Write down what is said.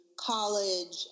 college